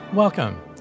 Welcome